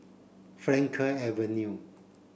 Frankel Avenue